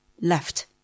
left